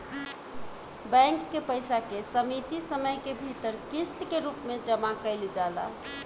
bank के पइसा के सीमित समय के भीतर किस्त के रूप में जामा कईल जाला